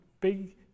big